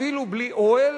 אפילו בלי אוהל,